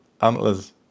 antlers